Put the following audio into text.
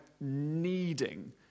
needing